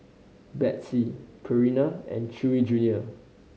Betsy Purina and Chewy Junior